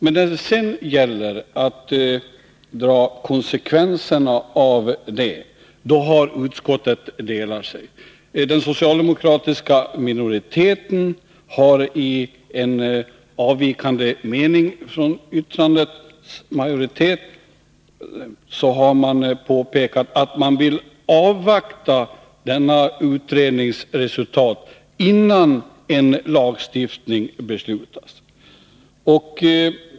Men när det sedan gällt att dra konsekvenserna av detta, då har utskottet delat sig. Den socialdemokratiska minoriteten har i en avvikande mening påpekat att man vill avvakta denna utrednings resultat, innan lagstiftning beslutas.